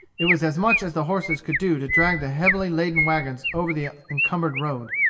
it was as much as the horses could do to drag the heavily laden wagons over the encumbered road.